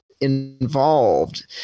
involved